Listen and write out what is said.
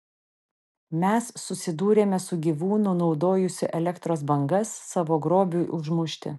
mes susidūrėme su gyvūnu naudojusiu elektros bangas savo grobiui užmušti